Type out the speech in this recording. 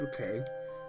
Okay